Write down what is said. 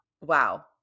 Wow